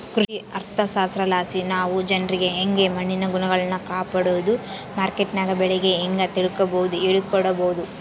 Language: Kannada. ಕೃಷಿ ಅರ್ಥಶಾಸ್ತ್ರಲಾಸಿ ನಾವು ಜನ್ರಿಗೆ ಯಂಗೆ ಮಣ್ಣಿನ ಗುಣಗಳ್ನ ಕಾಪಡೋದು, ಮಾರ್ಕೆಟ್ನಗ ಬೆಲೆ ಹೇಂಗ ತಿಳಿಕಂಬದು ಹೇಳಿಕೊಡಬೊದು